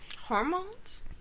Hormones